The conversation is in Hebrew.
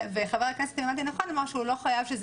וחבר הכנסת אם הבנתי נכון אמר שהוא לא חייב שזה